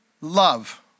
love